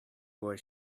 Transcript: boy